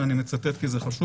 ואני מצטט כי זה חשוב,